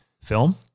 film